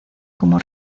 como